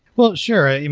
well, sure.